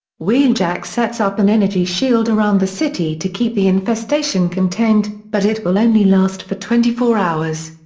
wheeljack sets up an energy shield around the city to keep the infestation contained, but it will only last for twenty four hours.